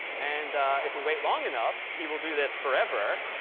and if we wait long enough, he will do this forever.